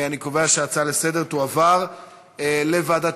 אני קובע שההצעות לסדר-היום תועברנה לוועדת